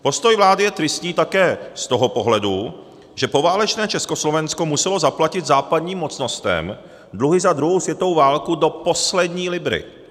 Postoj vlády je tristní také z toho pohledu, že poválečné Československo muselo zaplatit západním mocnostem dluhy za druhou světovou válkou do poslední libry.